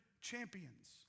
champions